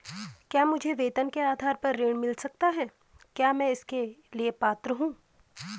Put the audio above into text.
क्या मुझे वेतन के आधार पर ऋण मिल सकता है क्या मैं इसके लिए पात्र हूँ?